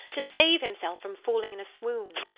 to save himself from falling in a swoon.